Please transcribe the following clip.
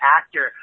actor